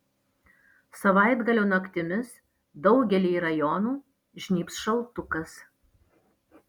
savaitgalio naktimis daugelyje rajonų žnybs šaltukas